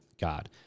God